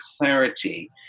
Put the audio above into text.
clarity